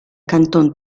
canton